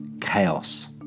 chaos